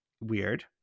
Weird